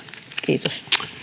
kiitos